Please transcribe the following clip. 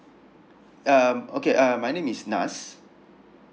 um okay uh my name is nas